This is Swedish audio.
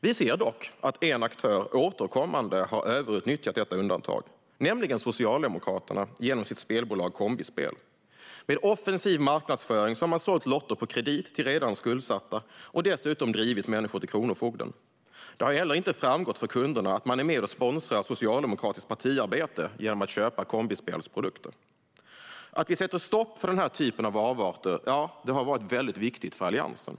Vi ser dock att en aktör återkommande har överutnyttjat detta undantag, nämligen Socialdemokraterna genom sitt spelbolag Kombispel. Med offensiv marknadsföring har man sålt lotter på kredit till redan skuldsatta och dessutom drivit människor till kronofogden. Det har heller inte framgått för kunderna att man är med och sponsrar socialdemokratiskt partiarbete genom att köpa Kombispels produkter. Att sätta stopp för den här typen av avarter har varit viktigt för Alliansen.